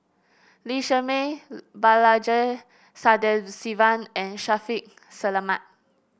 Lee Shermay Balaji Sadasivan and Shaffiq Selamat